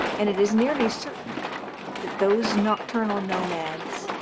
and it is nearly certain that those nocturnal nomads,